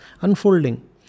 unfolding